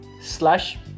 slash